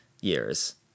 years